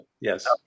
Yes